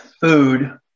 food